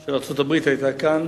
של ארצות-הברית היתה כאן,